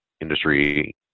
industry